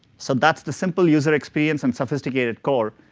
so that's the simple user experience and sophisticated core,